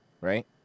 right